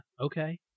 okay